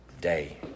day